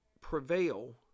prevail